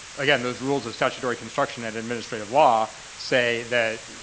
again, those rules of statutory construction and administrative law say that,